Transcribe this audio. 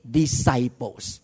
disciples